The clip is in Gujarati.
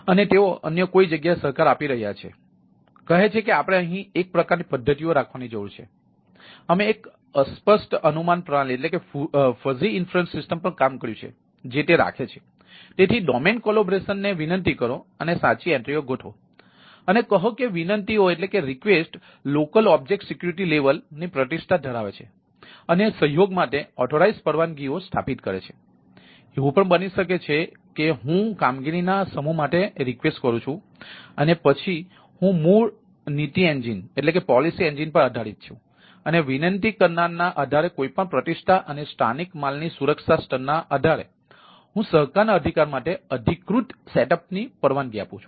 અને તેઓ અન્ય કોઈ જગ્યાએ સહકાર આપી રહ્યા છે કહે છે કે આપણે અહીં એક પ્રકારની પદ્ધતિઓ રાખવાની જરૂર છેઅમે એક અસ્પષ્ટ અનુમાન પ્રણાલી પર આધારિત છું અને વિનંતી કરનારના આધારે કોઈપણ પ્રતિષ્ઠા અને સ્થાનિક માલની સુરક્ષા સ્તરના આધારે હું સહકારના અધિકાર માટે અધિકૃત સેટ અપ પરવાનગી આપું છું